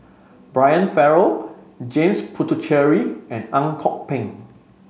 Brian Farrell James Puthucheary and Ang Kok Peng